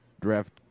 draft